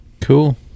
Cool